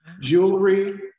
jewelry